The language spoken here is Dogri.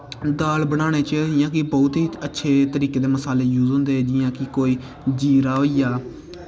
दाल बनाने च इ'यां कि बौह्त गै अच्छे तरीके दे मसाले यूस होंदे जि'यां कि जीरा होई गेआ